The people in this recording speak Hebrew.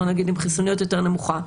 בוא נגיד עם חיסוניות יותר נמוכה,